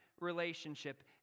relationship